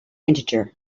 integer